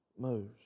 moves